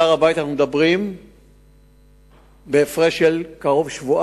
על הר-הבית אנחנו מדברים בהפרש של שבועיים,